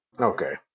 Okay